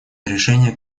решение